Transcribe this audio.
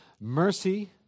mercy